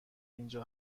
اینجا